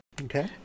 Okay